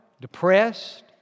Depressed